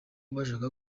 bashaka